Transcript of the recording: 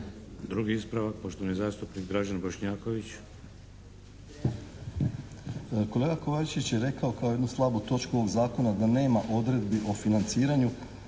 Drugi ispravak poštovani zastupnik Dražen Bošnjaković. **Bošnjaković, Dražen (HDZ)** Kolega Kovačević je rekao kao jednu slabu točku ovog zakona da nema odredbi o financiranju